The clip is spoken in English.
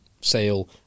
Sale